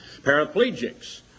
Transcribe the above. paraplegics